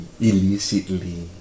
Illicitly